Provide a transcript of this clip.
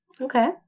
Okay